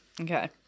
Okay